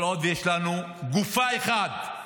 כל עוד יש לנו גופה אחת בעזה.